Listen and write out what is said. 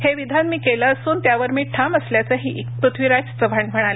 हे विधान मी केलं असून त्यावर मी ठाम असल्याचही पृथ्वीराज चव्हाण म्हणाले